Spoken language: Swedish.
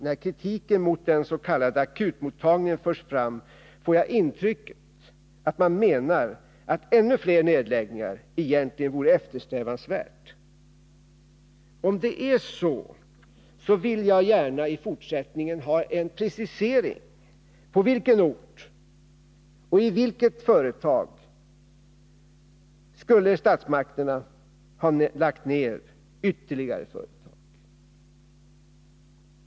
När kritiken mot den s.k. akutmottagningen förs fram, får jag intrycket att man menar att ännu fler nedläggningar egentligen vore eftersträvansvärda. Om det är så, vill jag i fortsättningen gärna ha en precisering. På vilken ort och i vilket företag skulle statsmakterna ha lagt ned ytterligare företag?